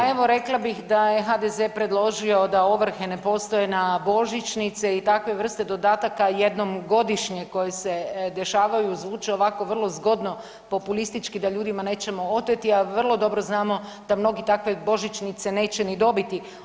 Pa evo rekla bih da je HDZ predložio da ovrhe ne postoje na božićnice i takve vrste dodataka jednom godišnje koje se dešavaju, zvuče ovako vrlo zgodno, populistički, da ljudima nećemo oteti, a vrlo dobro znamo da mnogi takve božićnice neće ni dobiti.